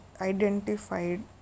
identified